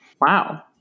Wow